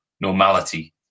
normality